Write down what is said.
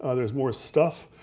ah there's more stuff,